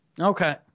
Okay